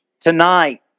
Tonight